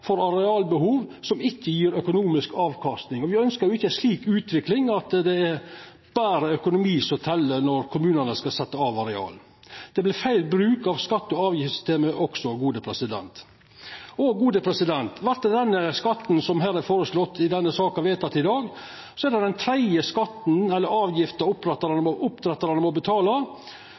for arealbehov som ikkje gjev økonomisk avkasting. Me ønskjer ikkje ei slik utvikling, at det er berre økonomi som tel når kommunane skal setja av areal. Dette vert også feil bruk av skatte- og avgiftssystemet. Vert denne skatten som er føreslått i denne saka, vedteken i dag, er det den tredje skatten eller avgifta som oppdrettarane må betala,